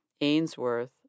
Ainsworth